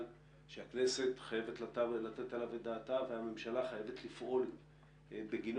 שהכנסת חייבת לתת עליו את דעתה והממשלה חייבת לפעול בגינו.